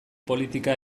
politika